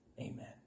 Amen